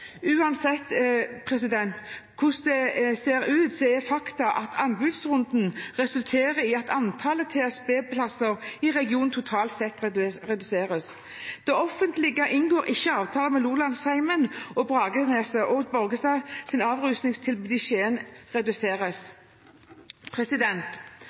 Uansett er det et faktum at anbudsrunden resulterer i at antallet TSB-plasser i regionen totalt sett reduseres. Det offentlige inngår ikke avtaler med Lolandsheimen og Bragernes, og Borgestadklinikkens avrusningstilbud i Skien reduseres.